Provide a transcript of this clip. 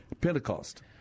Pentecost